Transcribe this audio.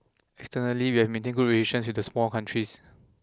externally we have maintained good relations with the small countries